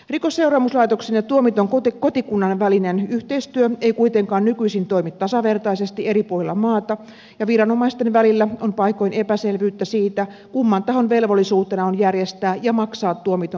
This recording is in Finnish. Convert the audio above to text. rikosseuraamuslaitoksen ja tuomitun kotikunnan välinen yhteistyö ei kuitenkaan nykyisin toimi tasavertaisesti eri puolilla maata ja viranomaisten välillä on paikoin epäselvyyttä siitä kumman tahon velvollisuutena on järjestää ja maksaa tuomitun tukitoimet